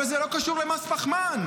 אבל זה לא קשור למס פחמן.